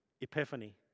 epiphany